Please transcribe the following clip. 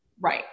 right